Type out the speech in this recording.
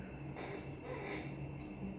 <Z